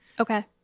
Okay